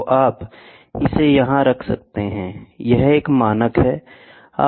तो आप इसे यहां रख सकते हैं यह एक मानक है